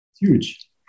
huge